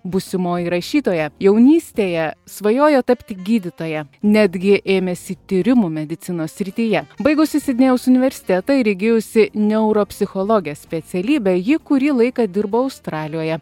būsimoji rašytoja jaunystėje svajojo tapti gydytoja netgi ėmėsi tyrimų medicinos srityje baigusi sidnėjaus universitetą ir įgijusi neuropsichologės specialybę ji kurį laiką dirbo australijoje